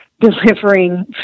delivering